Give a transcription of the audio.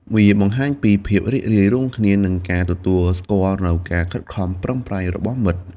វាបង្ហាញពីភាពរីករាយរួមគ្នា និងការទទួលស្គាល់នូវការខិតខំប្រឹងប្រែងរបស់មិត្ត។